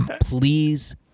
Please